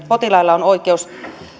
potilailla on oikeus